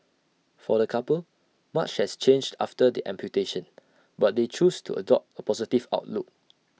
for the couple much has changed after the amputation but they choose to adopt A positive outlook